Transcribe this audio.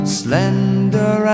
slender